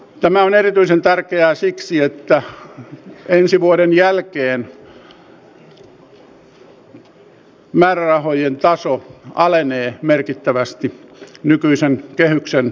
tämä on erityisen tärkeää siksi että ensi vuoden jälkeen määrärahojen taso alenee merkittävästi nykyisen kehyksen mukaan